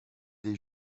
des